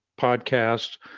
podcast